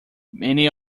many